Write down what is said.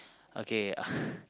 okay